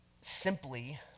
simply